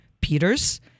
Peters